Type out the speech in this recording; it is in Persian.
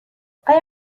آیا